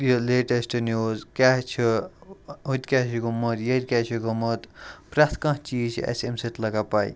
یہِ latest news کیٛاہ چھُ ہُتہِ کیٛاہ چھُ گوٚمُت ییٚتہِ کیٛاہ چھُ گوٚمُت پرٛٮ۪تھ کانٛہہ چیٖز چھِ اَسہِ اَمہِ سۭتۍ لگان پَے